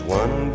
one